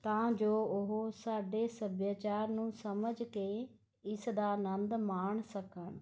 ਤਾਂ ਜੋ ਉਹ ਸਾਡੇ ਸੱਭਿਆਚਾਰ ਨੂੰ ਸਮਝ ਕੇ ਇਸ ਦਾ ਅਨੰਦ ਮਾਣ ਸਕਣ